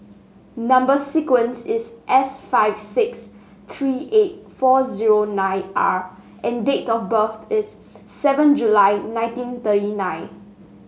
number sequence is S five six three eight four zero nine R and date of birth is seven July nineteen thirty nine